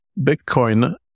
Bitcoin